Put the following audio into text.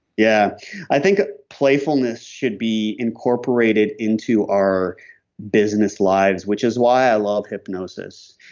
yeah i think playfulness should be incorporated into our business lives which is why i love hypnosis.